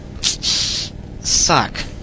suck